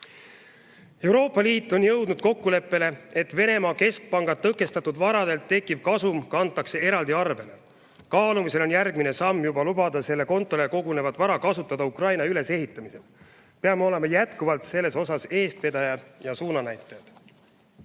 Euroopa Liit on jõudnud kokkuleppele, et Venemaa Keskpanga tõkestatud varadelt tekkiv kasum kantakse eraldi arvele. Kaalumisel on järgmine samm lubada sellele kontole kogunevat vara kasutada Ukraina ülesehitamisel. Peame olema jätkuvalt selles osas eestvedajad ja suunanäitajad.